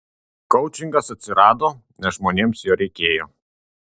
koučingas atsirado nes žmonėms jo reikėjo